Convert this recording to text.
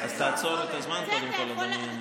אז תעצור את הזמן קודם כול, אדוני.